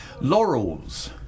Laurels